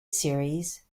series